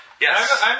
Yes